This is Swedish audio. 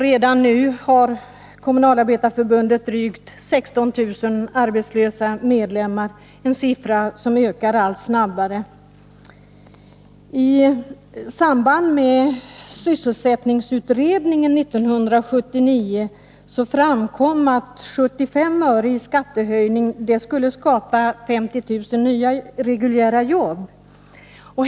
Redan nu har Kommunalarbetareförbundet drygt 16 000 arbetslösa medlemmar, en siffra som ökar allt snabbare. I samband med sysselsättningsutredningen 1979 framkom att 75 öre i skattehöjning skulle skapa 50 000 nya reguljära jobb.